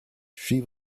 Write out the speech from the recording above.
she